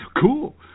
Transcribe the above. Cool